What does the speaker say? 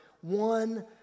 one